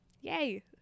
Yay